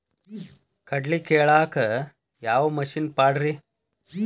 ಕಡ್ಲಿ ಕೇಳಾಕ ಯಾವ ಮಿಷನ್ ಪಾಡ್ರಿ?